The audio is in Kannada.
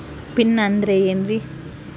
ಪಿನ್ ಅಂದ್ರೆ ಏನ್ರಿ?